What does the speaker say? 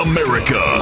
America